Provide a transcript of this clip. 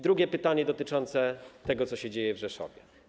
Drugie pytanie, dotyczące tego, co dzieje się w Rzeszowie.